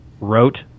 wrote